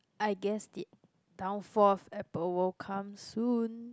I guess the downfall of Apple will come soon